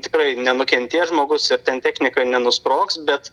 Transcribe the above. tikrai nenukentės žmogus ir ten technika nenusprogs bet